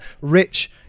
rich